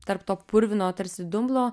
tarp to purvino tarsi dumblo